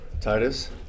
Titus